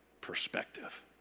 perspective